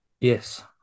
Yes